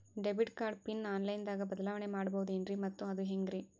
Debit card pin online ದಾಗ ಬದಲಾವಣೆ ಮಾಡಬಹುದೇನ್ರಿ ಮತ್ತು ಅದು ಹೆಂಗ್ರಿ?